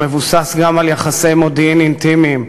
הוא מבוסס גם על יחסי מודיעין אינטימיים,